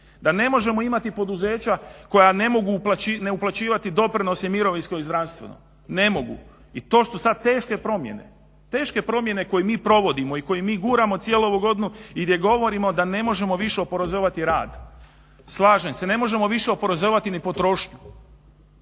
da ne možemo imati poduzeća koja ne mogu neuplaćivati doprinose mirovinsko i zdravstveno. Ne mogu, i to su sad teške promjene, teške promjene koje mi provodimo i koje mi guramo cijelu ovu godinu i gdje govorimo da ne možemo više oporezivati rad. Slažem se, ne možemo više ni oporezivati ni potrošnju.